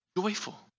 joyful